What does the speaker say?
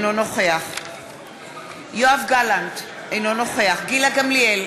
אינו נוכח יואב גלנט, אינו נוכח גילה גמליאל,